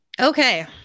Okay